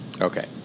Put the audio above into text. Okay